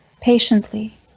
patiently